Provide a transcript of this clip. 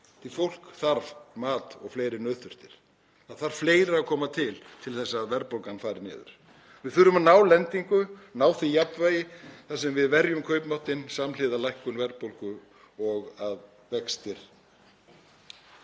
að fólk þarf mat og fleiri nauðþurftir. Það þarf fleira að koma til til þess að verðbólgan fari niður. Við þurfum að ná lendingu, ná því jafnvægi þar sem við verjum kaupmáttinn samhliða lækkun verðbólgu og að vextir